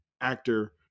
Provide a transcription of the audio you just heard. actor